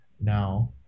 now